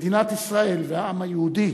מדינת ישראל והעם היהודי